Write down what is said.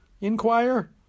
inquire